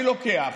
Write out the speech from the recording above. אני לוקח.